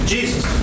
Jesus